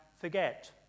forget